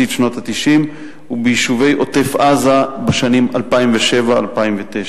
שנות ה-90 וביישובי עוטף-עזה בשנים 2007 ו-2009.